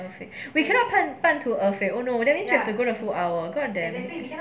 okay we cannot 半半途而废 oh no that means you have to go more than two hours !wah! then